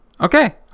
Okay